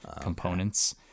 components